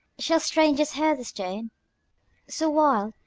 shall strangers hear this tone so wild,